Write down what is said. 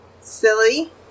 silly